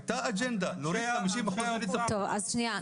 הייתה אג'נדה --- טוב רגע, אז שנייה.